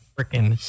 Freaking